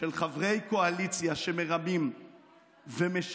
של חברי קואליציה שמרמים ומשקרים,